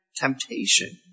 temptation